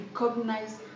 recognize